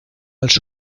als